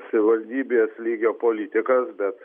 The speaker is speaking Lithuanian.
savivaldybės lygio politikas bet